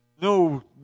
no